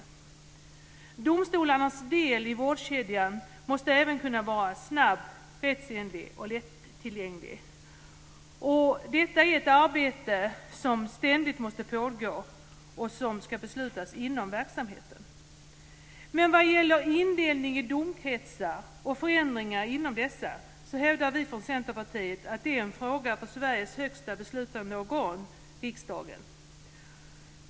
Även domstolarnas del i vårdkedjan måste vara snabb, rättsenlig och lättillgänglig. Detta är ett arbete som ständigt måste pågå och som ska beslutas om inom verksamheten. Men vad gäller indelning i domkretsar och förändringar inom dessa så hävdar vi från Centerpartiet att det är en fråga för Sveriges högsta beslutande organ - riksdagen.